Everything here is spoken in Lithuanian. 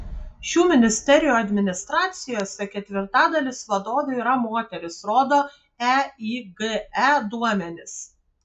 šių ministerijų administracijose ketvirtadalis vadovių yra moterys rodo eige duomenys